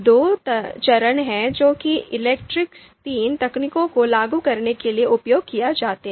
दो चरण हैं जो कि इलेक्ट्रिस III तकनीक को लागू करने के लिए उपयोग किए जाते हैं